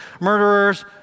murderers